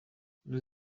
nous